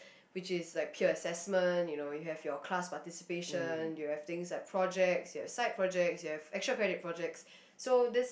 which is like peer assessments you know you have your class participation you have things like projects you have side projects you have actual kind of projects so these